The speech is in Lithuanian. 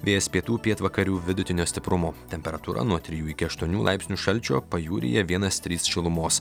vėjas pietų pietvakarių vidutinio stiprumo temperatūra nuo trijų iki aštuonių laipsnių šalčio pajūryje vienas trys šilumos